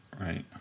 Right